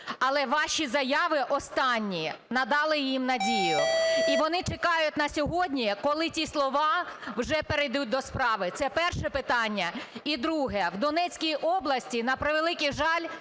Але ваші заяви останні надали їм надію, і вони чекають на сьогодні, коли ці слова вже перейдуть до справи. Це перше питання. І друге. В Донецькій області, на превеликий жаль,